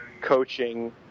coaching